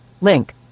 link